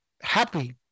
happy